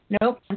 nope